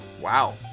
Wow